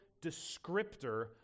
descriptor